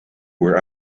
were